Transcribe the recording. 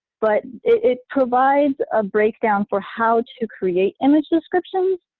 but it provides ah breakdown for how to create image descriptions,